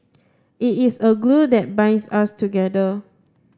it is a glue that binds us together